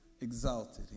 exalted